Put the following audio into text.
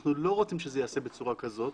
אנחנו לא רוצים שזה ייעשה בצורה כזאת